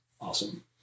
awesome